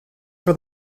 for